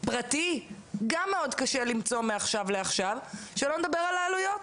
פרטי גם מאוד קשה למצוא מעכשיו לעכשיו שלא נדבר על העלויות.